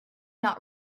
not